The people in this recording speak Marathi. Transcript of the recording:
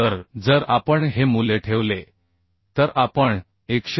तर जर आपण हे मूल्य ठेवले तर आपण 127